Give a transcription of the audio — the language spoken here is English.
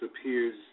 appears